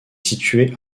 située